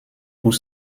pour